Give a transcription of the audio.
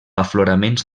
afloraments